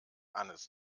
hannes